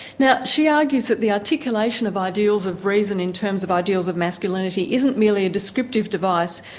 now she argues that the articulation of ideals of reason in terms of ideals of masculinity isn't really a descriptive device,